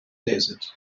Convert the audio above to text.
desert